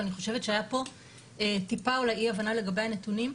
אבל אני חושבת שהייתה פה טיפה אי הבנה לגבי הנתונים.